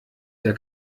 der